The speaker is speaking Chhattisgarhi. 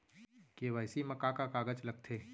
के.वाई.सी मा का का कागज लगथे?